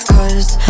Cause